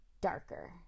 darker